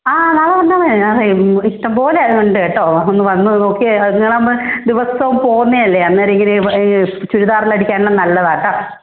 ആ നാളെ വന്നാൽമതി ഇഷ്ടംപോലെ ഉണ്ട് കേട്ടോ ഒന്ന് വന്നു നോക്കി നിങ്ങളാകുമ്പോൾ ദിവസവും പോകുന്നതല്ലേ അന്നേരം ഇങ്ങനെ ചുരിദാറെല്ലാം അടിക്കാനെല്ലാം നല്ലതാണ് കേട്ടോ